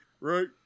Right